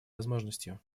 возможностью